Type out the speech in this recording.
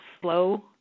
slow